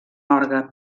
orgue